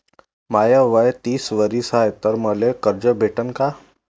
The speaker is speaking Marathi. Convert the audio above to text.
माय वय तीस वरीस हाय तर मले कर्ज भेटन का?